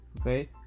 okay